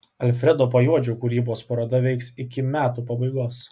alfredo pajuodžio kūrybos paroda veiks iki metų pabaigos